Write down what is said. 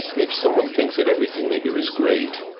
if someone thinks that everything they do is great,